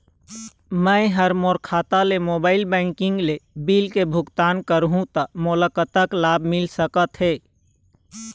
मैं हा मोर खाता ले मोबाइल बैंकिंग ले बिल के भुगतान करहूं ता मोला कतक लाभ मिल सका थे?